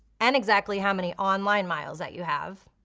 and exactly how many online miles that you have.